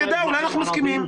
שנדע, אולי אנחנו מסכימים?